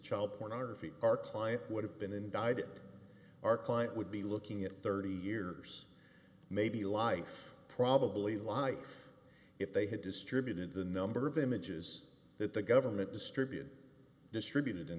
child pornography our client would have been indicted our client would be looking at thirty years maybe life probably life if they had distributed the number of images that the government distributed distributed in